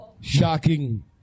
shocking